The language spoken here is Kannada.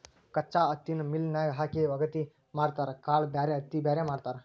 ಕಚ್ಚಾ ಹತ್ತಿನ ಮಿಲ್ ನ್ಯಾಗ ಹಾಕಿ ವಗಾತಿ ಮಾಡತಾರ ಕಾಳ ಬ್ಯಾರೆ ಹತ್ತಿ ಬ್ಯಾರೆ ಮಾಡ್ತಾರ